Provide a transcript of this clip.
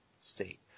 state